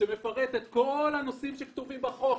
שמפרט את כל הנושאים שכתובים בחוק,